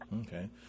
Okay